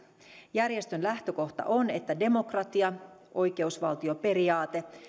järjestön lähtökohta on että demokratia oikeusvaltioperiaate